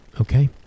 Okay